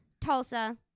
Tulsa